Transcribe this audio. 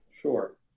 Sure